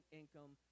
income